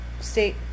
state